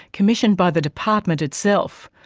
commissioned by the department itself.